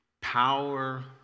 power